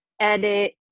edit